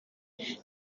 ikanzu